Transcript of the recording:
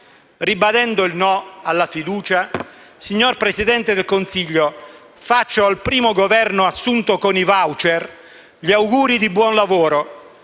Ribadendo il nostro «no» alla fiducia, signor Presidente del Consiglio, faccio al primo Governo assunto con i *voucher* gli auguri di buon lavoro,